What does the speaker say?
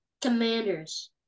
Commanders